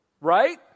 Right